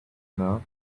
now